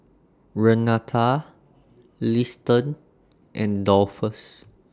Renata Liston and Dolphus